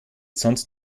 sonst